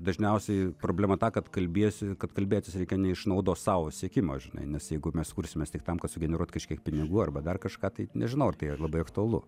dažniausiai problema ta kad kalbiesi kad kalbėtis reikia ne iš naudos sau siekimo žinai nes jeigu mes kursimės tik tam kad sugeneruot kažkiek pinigų arba dar kažką tai nežinau ar tai labai aktualu